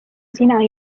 sina